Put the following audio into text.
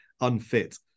unfit